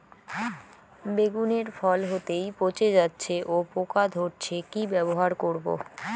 বেগুনের ফল হতেই পচে যাচ্ছে ও পোকা ধরছে কি ব্যবহার করব?